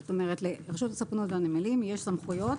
זאת אומרת לרשות הספנות והנמלים יש סמכויות